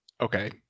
okay